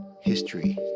history